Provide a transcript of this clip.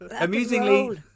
Amusingly